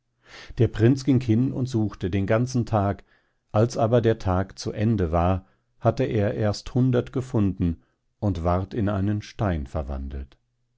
der prinz ging hin und suchte den ganzen tag als aber der tag zu ende war hatte er erst hundert gefunden und ward in einen stein verwandelt